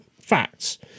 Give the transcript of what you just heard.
facts